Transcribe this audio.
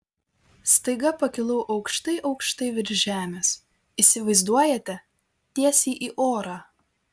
staiga pakilau aukštai aukštai virš žemės įsivaizduojate tiesiai į orą